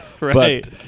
Right